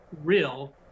real